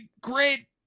great